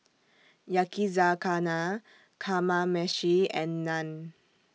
Yakizakana Kamameshi and Naan